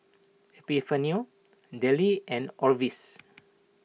Epifanio Dayle and Orvis